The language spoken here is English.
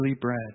bread